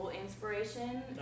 inspiration